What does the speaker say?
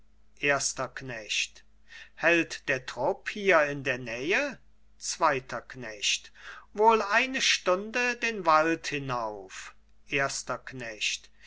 erster knecht hält der trupp hier in der nähe zweiter knecht wohl eine stunde den wald hinauf erster knecht